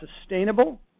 sustainable